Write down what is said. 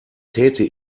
täte